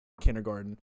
kindergarten